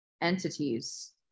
entities